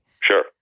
Sure